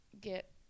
get